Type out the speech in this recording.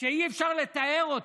אי-אפשר לתאר אותו.